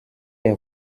est